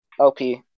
LP